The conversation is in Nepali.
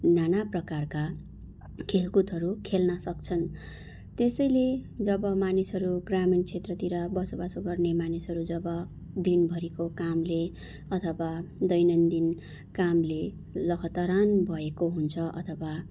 नाना प्रकारका खेलकुदहरू खेल्न सक्छन् त्यसैले जब मानिसहरू ग्रामीण क्षेत्रतिर बसोबासो गर्ने मानिसहरू जब दिनभरिको कामले अथवा दैनन्दिन कामले लखतरान भएको हुन्छ अथवा